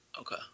Okay